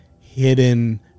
hidden